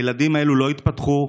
הילדים האלה לא התפתחו.